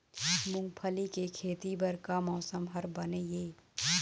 मूंगफली के खेती बर का मौसम हर बने ये?